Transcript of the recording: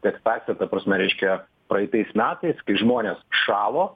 teksase ta prasme reiškia praeitais metais kai žmonės šalo